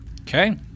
Okay